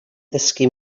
ddysgu